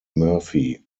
murphy